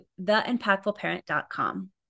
theimpactfulparent.com